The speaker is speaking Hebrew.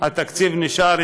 התקציב נשאר.